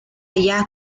allá